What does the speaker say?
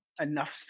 enough